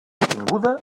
obtinguda